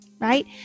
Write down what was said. right